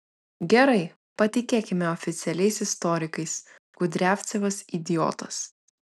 gerai patikėkime oficialiais istorikais kudriavcevas idiotas